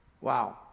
Wow